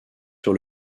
sur